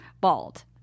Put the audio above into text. bald